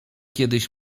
kiedyś